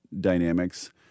dynamics